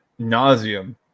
nauseum